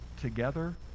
Together